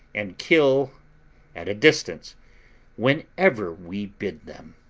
and kill at a distance whenever we bid them.